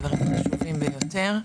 דברים חשובים ביותר.